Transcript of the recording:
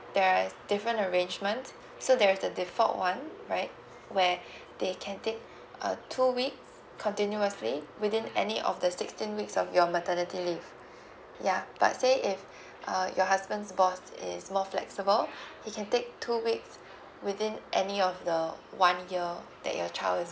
there is different arrangement so there's the default one right where they can take uh two weeks continuously within any of the sixteen weeks of your maternity leave ya but say if uh your husband boss is more flexible he can take two weeks within any of the one year that your child is